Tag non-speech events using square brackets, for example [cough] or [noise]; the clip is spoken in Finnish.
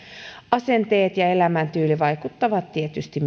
asenteet ja elämäntyyli vaikuttavat tietysti [unintelligible]